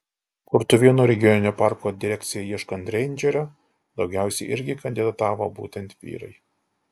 kurtuvėnų regioninio parko direkcijai ieškant reindžerio daugiausiai irgi kandidatavo būtent vyrai